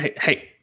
Hey